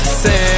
say